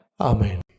Amen